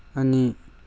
ꯑꯅꯤ